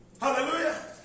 Hallelujah